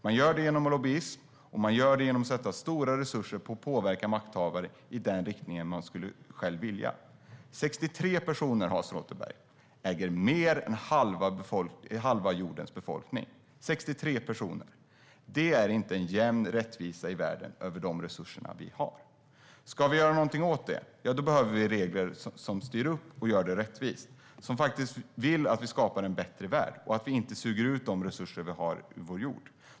Man gör det genom lobbyism och genom att satsa stora resurser på att påverka makthavare i den riktning man själv vill. Hans Rothenberg! 63 personer äger mer än halva jordens befolkning - 63 personer! Det är inte en jämn rättvisa i världen när det gäller de resurser vi har. Ska vi göra något åt det behöver vi regler som styr upp och gör det rättvist, som faktiskt vill att vi skapar en bättre värld och inte suger ut de resurser vi har i vår jord.